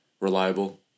reliable